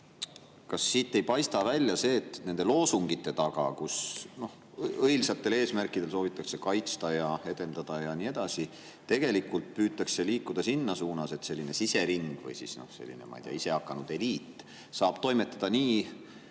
siit ei paista välja see, et nende loosungite taga, et õilsatel eesmärkidel soovitakse kaitsta ja edendada ja nii edasi, püütakse tegelikult liikuda selles suunas, et selline sisering või siis selline, ma ei tea, isehakanud eliit saaks toimetada nii,